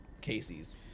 Casey's